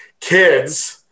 kids